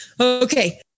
Okay